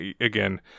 again